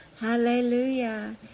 hallelujah